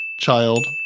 child